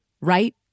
right